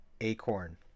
acorn